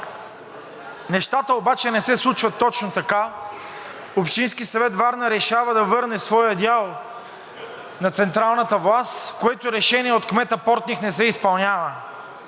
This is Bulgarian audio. Нещата обаче не се случват точно така. Общински съвет – Варна, решава да върне своя дял на централната власт, което решение от кмета Портних не се изпълнява.